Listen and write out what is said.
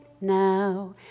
now